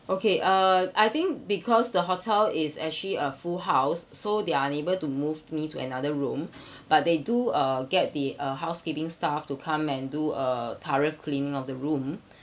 okay uh I think because the hotel is actually a full house so they are unable to move me to another room but they do uh get the uh housekeeping staff to come and do a thorough cleaning of the room